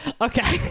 Okay